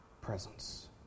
presence